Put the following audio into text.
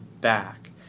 back